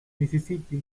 misisipi